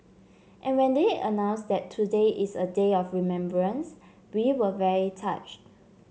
and when they announced that today is a day of remembrance we were very touched